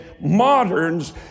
moderns